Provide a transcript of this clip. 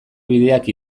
bideak